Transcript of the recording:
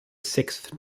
sixth